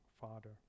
Father